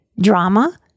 drama